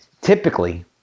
Typically